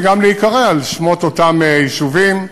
וגם להיקרא על שמות אותם יישובים,